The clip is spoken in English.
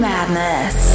Madness